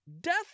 death